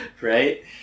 right